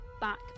back